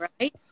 right